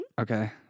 Okay